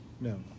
No